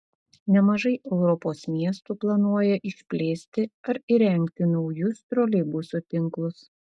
nemažai europos miestų planuoja išplėsti ar įrengti naujus troleibusų tinklus